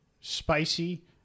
spicy